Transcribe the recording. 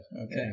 Okay